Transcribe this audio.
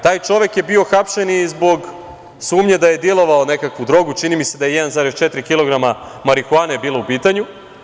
Taj čovek je bio hapšen i zbog sumnje da je dilovao nekakvu drogu, čini mi se da je 1,4 kilograma marihuane bilo u pitanju.